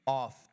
off